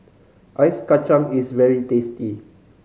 Ice Kachang is very tasty